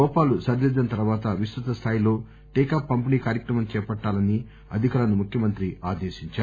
లోపాలు సరిదిద్దిన తర్వాత విస్తృతస్థాయిలో టీకా పంపిణీ కార్యక్రమం చేపట్టాలని అధికారులను ముఖ్యమంత్రి ఆదేశించారు